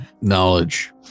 knowledge